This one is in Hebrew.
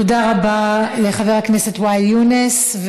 תודה רבה לחבר הכנסת ואאל יונס.